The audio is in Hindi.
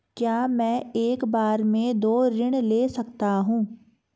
क्या मैं एक बार में दो ऋण ले सकता हूँ?